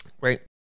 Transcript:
Great